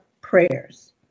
prayers